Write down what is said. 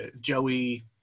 Joey